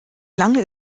lange